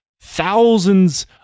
thousands